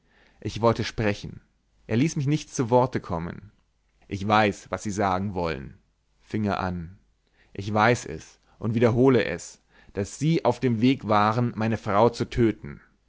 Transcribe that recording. ich wollte sprechen er ließ mich nicht zu worte kommen ich weiß was sie sagen wollen fing er an ich weiß es und wiederhole es daß sie auf dem wege waren meine frau zu töten